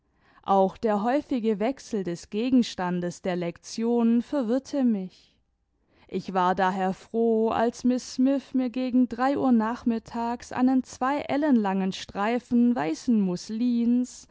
auch der häufige wechsel des gegenstandes der lektionen verwirrte mich ich war daher froh als miß smith mir gegen drei uhr nachmittags einen zwei ellen langen streifen